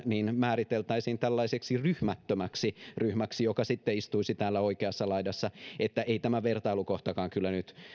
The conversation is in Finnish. määriteltäisiin tällaiseksi ryhmättömäksi ryhmäksi joka sitten istuisi täällä oikeassa laidassa eli ei tämä vertailukohtakaan kyllä nyt